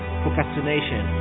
procrastination